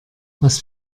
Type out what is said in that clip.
was